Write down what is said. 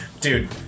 dude